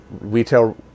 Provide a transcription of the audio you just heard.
retail